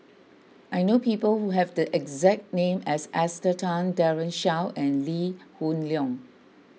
I know people who have the exact name as Esther Tan Daren Shiau and Lee Hoon Leong